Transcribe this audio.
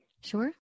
Sure